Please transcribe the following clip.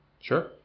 Sure